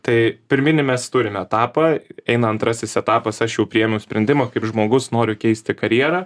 tai pirminį mes turim etapą eina antrasis etapas aš jau priėmiau sprendimą kaip žmogus noriu keisti karjerą